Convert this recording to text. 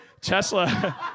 Tesla